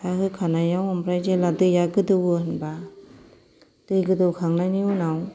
दा होखानायाव ओमफ्राय जेला दैआ गोदौवो होनबा दै गोदौखांनायनि उनाव